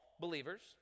believers